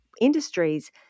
industries